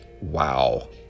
Wow